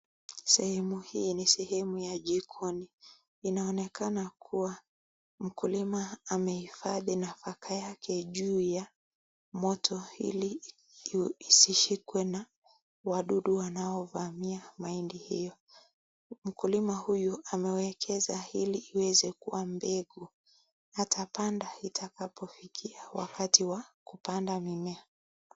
Sehemu hii ni sehemu ya jikoni inaonekana kuwa mkulima amehifadhi nafaka yake juu ya moto ili isishikwe na wadudu wanaovamia mahindi hiyo. Mkulima huyu amewekeza ili iweze kuwa mbegu atapanda itakapo fikia wakati wa kupanda mimea.